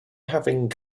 having